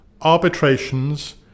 arbitrations